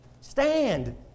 Stand